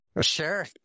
Sure